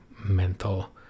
mental